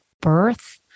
birth